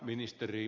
puhemies